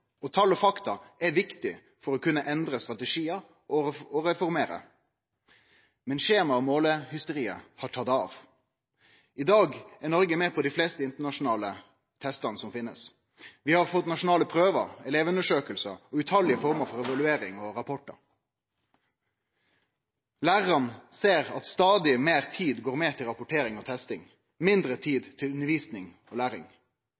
og mykje riktig har skjedd sidan den gongen. Tal og fakta er viktig for å kunne endre strategiar og reformere, men skjemamålehysteriet har tatt av. I dag er Noreg med på dei fleste internasjonale testane som finst. Vi har fått nasjonale prøvar, elevundersøkingar, tallause formar for evaluering og rapportar. Lærarane ser at stadig meir tid går med til rapportering og testing, mindre tid til undervisning og læring.